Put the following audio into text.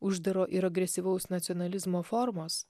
uždaro ir agresyvaus nacionalizmo formos